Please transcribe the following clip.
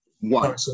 One